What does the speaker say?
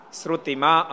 srutima